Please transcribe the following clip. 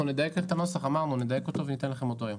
אנחנו נדייק את הנוסח וניתן לכם אותו היום.